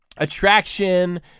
Attraction